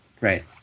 Right